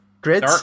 grid